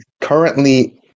currently